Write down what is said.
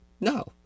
No